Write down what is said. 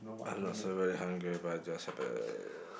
I'm not so very hungry but just uh